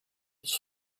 his